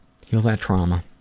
heal that trauma.